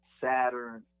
Saturn